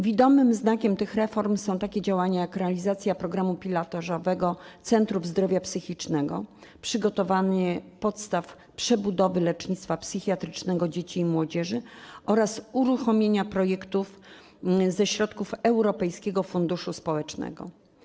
Widomym znakiem tych reform są takie działania jak realizacja programu pilotażowego centrów zdrowia psychicznego, przygotowanie podstaw przebudowy lecznictwa psychiatrycznego dzieci i młodzieży oraz uruchamianie projektów ze środków Europejskiego Funduszu Społecznego.